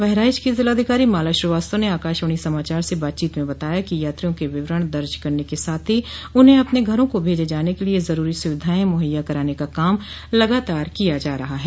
बहराइच की जिलाधिकारी माला श्रीवास्तव ने आकाशवाणी समाचार से बातचीत में बताया कि यात्रियों के विवरण दर्ज करने के साथ ही उन्हें अपने घरों को भेजे जाने के लिए जरूरी संविधाएं मुहैया कराने का काम लगातार किया जा रहा है